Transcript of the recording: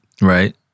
Right